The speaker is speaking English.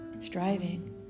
striving